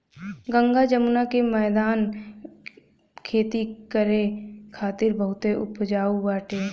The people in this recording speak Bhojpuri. गंगा जमुना के मौदान खेती करे खातिर बहुते उपजाऊ बाटे